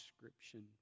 description